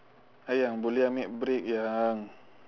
sayang boleh amik break sayang